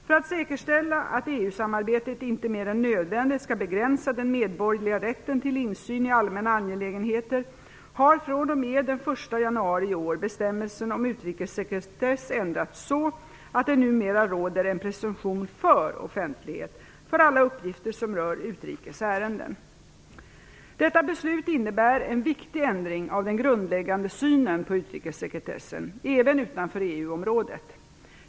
För att säkerställa att EU samarbetet inte mer än nödvändigt skall begränsa den medborgerliga rätten till insyn i allmänna angelägenheter har fr.o.m. den 1 januari i år bestämmelsen om utrikessekretess ändrats så att det numera råder en presumtion för offentlighet för alla uppgifter som rör utrikes ärenden. Detta beslut innebär en viktig ändring av den grundläggande synen på utrikessekretessen, även utanför EU-området.